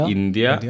India